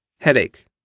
Headache